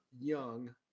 young